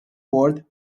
ward